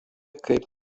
kaip